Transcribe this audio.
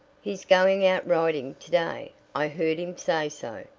he's going out riding to-day i heard him say so,